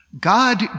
God